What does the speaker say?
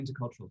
intercultural